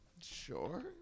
Sure